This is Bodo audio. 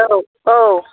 औ औ